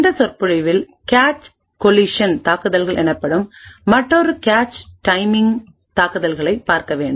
இந்த சொற்பொழிவில் cache collision தாக்குதல்கள் எனப்படும் மற்றொரு கேச் டைமிங் தாக்குதலைப் பார்க்க வேண்டும்